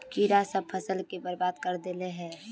कीड़ा सब फ़सल के बर्बाद कर दे है?